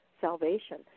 salvation